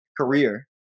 career